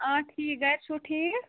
آ ٹھیٖک گرِ چھُو ٹھیٖک